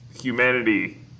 Humanity